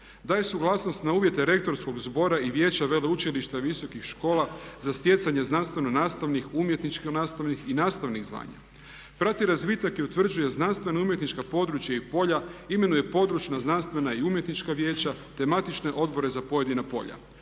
Daje suglasnost na uvjete rektorskog zbora i Vijeća veleučilišta, visokih škola za stjecanje znanstveno-nastavnih, umjetničko-nastavnih i nastavnih zvanja, prati razvitak i utvrđuje znanstveno-umjetnička područja i polja, imenuje područna znanstvena i umjetnička vijeća te matične odbore za pojedina polja.